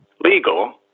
legal